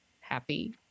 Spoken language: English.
happy